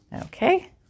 Okay